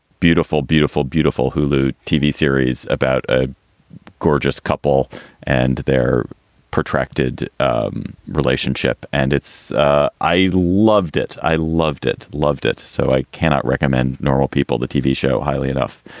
beautiful, beautiful, beautiful hulu tv series about a gorgeous couple and their protracted um relationship. and it's ah i loved it. i loved it. loved it. so i cannot recommend normal people. the tv show highly enough.